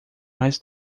mais